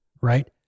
right